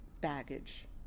baggage